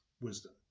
wisdom